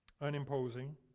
unimposing